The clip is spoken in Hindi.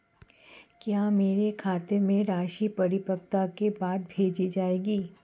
क्या मेरे खाते में राशि परिपक्वता के बाद भेजी जाएगी?